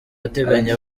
ateganya